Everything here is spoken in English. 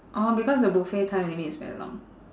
orh because the buffet time limit is very long